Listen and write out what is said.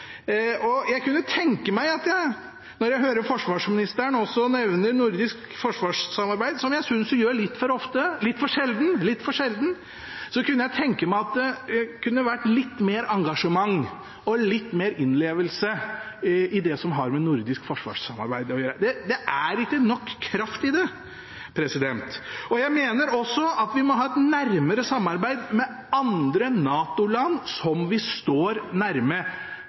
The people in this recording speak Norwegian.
Og jeg kunne tenke meg, når jeg hører forsvarsministeren også nevne nordisk forsvarssamarbeid, som jeg synes hun gjør litt for sjelden, at det var litt mer engasjement og litt mer innlevelse i det som har med nordisk forsvarssamarbeid å gjøre. Det er ikke nok kraft i det. Jeg mener også at vi må ha et nærmere samarbeid med andre NATO-land som vi står